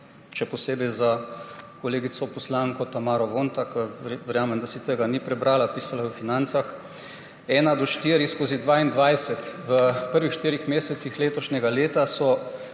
še posebej za kolegico poslanko Tamaro Vonta, ki verjamem, da si tega ni prebrala. Pisalo je v Financah 1-4/22, v prvih štirih mesecih letošnjega leta so